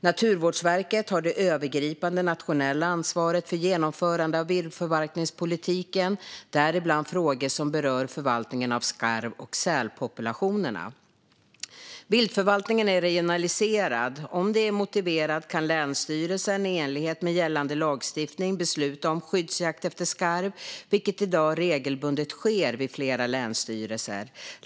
Naturvårdsverket har det övergripande nationella ansvaret för genomförandet av viltförvaltningspolitiken, däribland frågor som berör förvaltningen av skarv och sälpopulationerna. Viltförvaltningen är regionaliserad. Om det är motiverat kan länsstyrelsen i enlighet med gällande lagstiftning besluta om skyddsjakt på skarv, vilket i dag regelbundet sker vid flera länsstyrelser.